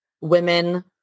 women